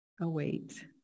Await